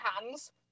hands